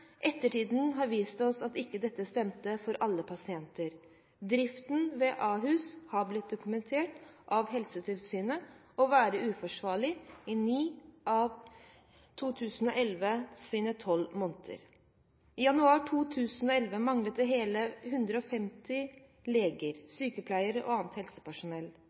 Ettertiden har vist oss at dette ikke har stemt for alle pasienter. Driften ved Ahus har blitt dokumentert av Helsetilsynet å være uforsvarlig i 9 av 12 måneder i 2011. I januar 2011 manglet hele 550 leger, sykepleiere og annet helsepersonell.